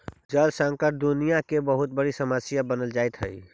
जल संकट दुनियां के बहुत बड़ी समस्या बनल जाइत हई